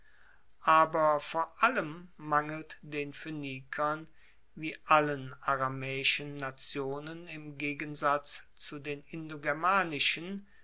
aber vor allem mangelt den phoenikern wie allen aramaeischen nationen im gegensatz zu den